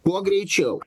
kuo greičiau